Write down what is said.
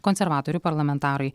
konservatorių parlamentarai